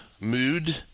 mood